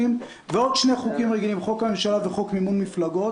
ועוד שני חוקים רגילים: חוק הממשלה וחוק מימון מפלגות